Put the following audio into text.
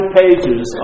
pages